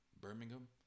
Birmingham